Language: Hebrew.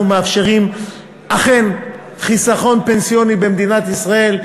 מאפשרים אכן חיסכון פנסיוני במדינת ישראל,